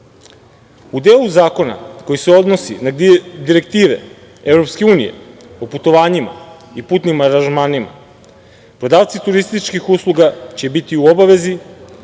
delu zakona koji se odnosi na direktive EU o putovanjima i putnim aranžmanima, prodavci turističkih usluga će biti u obavezi